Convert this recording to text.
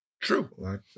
True